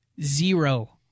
Zero